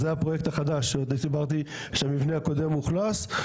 זה הפרויקט החדש שעוד הסברתי שהמבנה הקודם אוכלס,